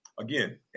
Again